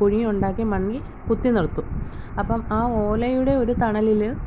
കുഴി ഉണ്ടാക്കി മണ്ണിൽ കുത്തി നിർത്തും അപ്പം ആ ഓലയുടെ ഒരു തണലിൽ